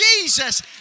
Jesus